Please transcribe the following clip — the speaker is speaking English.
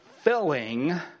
filling